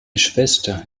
schwester